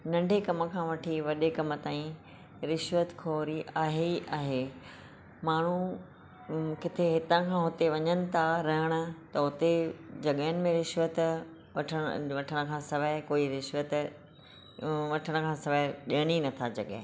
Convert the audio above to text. नन्ढे कम खां वठी वॾे कमु ताईं रिश्वत खोरी आहे ई आहे माण्हू किथे हितां खां हुते वञनि था रहण त हुते जॻहि में रिश्वत वठण खां सवाइ कोई रिश्वत वठण खां सवाइ ॾियण ई न था जॻहि